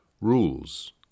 Rules